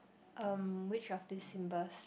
um which of these symbols